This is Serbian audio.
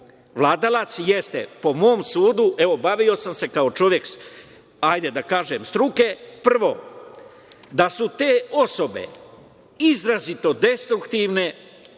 „Vladalac“ jeste, po mom sudu, evo bavio sam se kao čovek hajde da kažem struke, prvo da su te osobe izrazito destruktivne